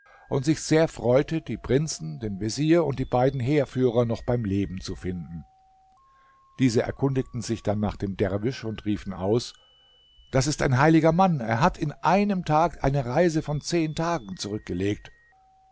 und sich sehr freute die prinzen den vezier und die beiden heerführer noch beim leben zu finden diese erkundigten sich dann nach dem derwisch und riefen aus das ist ein heiliger mann er hat in einem tag eine reise von zehn tagen zurückgelegt